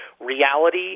reality